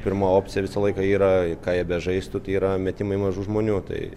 pirma opcija visą laiką yra ką jie bežaistų tai yra metimai mažų žmonių tai